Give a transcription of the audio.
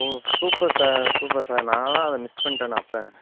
ஓ super sir super sir நான்தான் அதை miss பண்ணிட்டேன்னா அப்போ